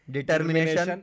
Determination